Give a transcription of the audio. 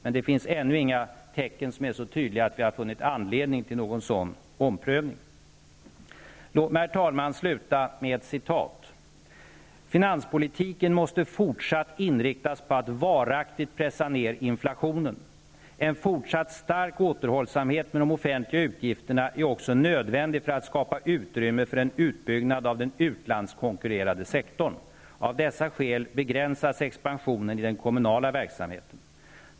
Men det finns ännu inga tecken som är så tydliga att vi har funnit anledning till någon sådan omprövning. Låt mig, herr talman, avsluta med ett citat. ''Finanspolitiken måste fortsatt inriktas på att varaktigt pressa ner inflationen. En fortsatt stark återhållsamhet med de offentliga utgifterna är också nödvändig för att skapa utrymme för en utbyggnad av den utlandskonkurrerande sektorn ------. Av dessa skäl begränsas expansionen i den kommunala verksamheten.''